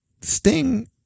Sting